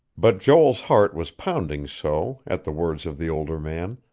but joel's heart was pounding so, at the words of the older man,